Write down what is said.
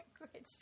language